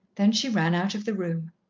then she ran out of the room.